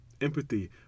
empathy